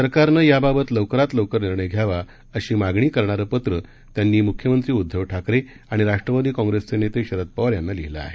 सरकारनं याबाबत लवकरात लवकर निर्णय घ्यावा अशी मागणी करणारं करणारं पत्रं त्यांनी मुख्यमंत्री उद्धव ठाकरे आणि राष्ट्रवादी काँग्रेस पक्षाचे नेते शरद पवार यांना लिहिलं आहे